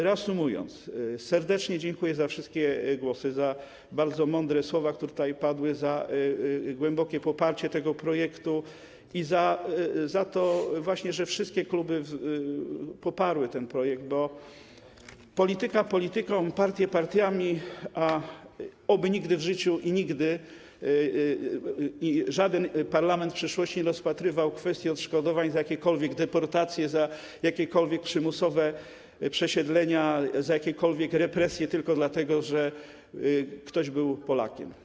Reasumując, serdecznie dziękuję za wszystkie głosy, za bardzo mądre słowa, które tutaj padły, za głębokie poparcie tego projektu i za to, że wszystkie kluby poparły ten projekt, bo polityka polityką, partie partiami, ale oby nigdy w przyszłości żaden parlament nie rozpatrywał kwestii odszkodowań za jakiekolwiek deportacje, za jakiekolwiek przymusowe przesiedlenia, za jakiekolwiek represje, tylko dlatego że ktoś był Polakiem.